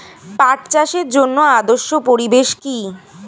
পাট চাষের জন্য আদর্শ পরিবেশ কি?